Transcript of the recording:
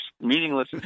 meaningless